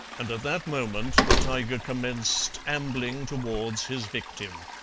and at that moment the tiger commenced ambling towards his victim.